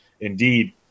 Indeed